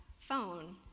phone